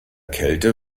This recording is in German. kälte